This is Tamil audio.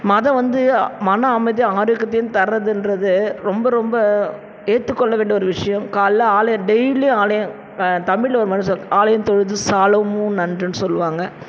மதம் வந்து மன அமைதியும் ஆரோக்கியத்தையும் தர்றதுன்றது ரொம்ப ரொம்ப ஏற்றுக்கொள்ள வேண்டிய ஒரு விஷயம் காலையில் ஆலயம் டெய்லி ஆலயம் தமிழில் ஒரு ஆலயம் தொழுவது சாலவும் நன்றுன்னு சொல்லுவாங்க